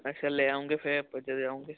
ਅੱਛਾ ਲੈ ਆਉਂਗੇ ਫਿਰ ਆਪਾਂ ਜਾ ਆਉਂਗੇ